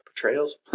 Portrayals